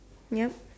ya